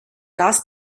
lars